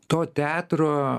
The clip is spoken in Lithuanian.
to teatro